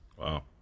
Wow